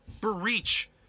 breach